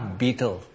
beetle